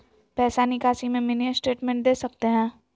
पैसा निकासी में मिनी स्टेटमेंट दे सकते हैं?